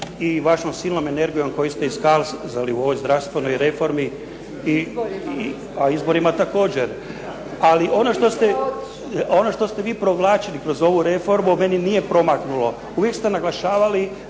i vašom silnom energijom koju ste iskazali u ovoj zdravstvenoj reformi a izborima također. Ali ono što ste vi provlačili kroz ovu reformu meni nije promaknulo. Uvijek ste naglašavali